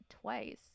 twice